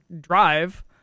drive